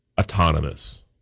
autonomous